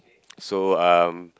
so um